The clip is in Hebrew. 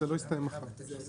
החלטת